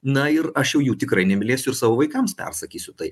na ir aš jų tikrai nemylėsiu ir savo vaikams persakysiu tai